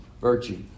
virtue